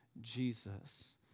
Jesus